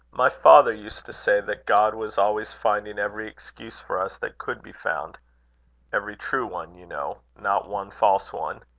my father used to say that god was always finding every excuse for us that could be found every true one, you know not one false one.